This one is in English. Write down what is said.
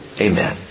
Amen